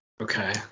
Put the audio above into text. Okay